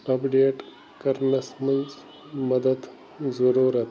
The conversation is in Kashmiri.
اپڈیٹ کرنَس منٛز مدد ضُروٗرت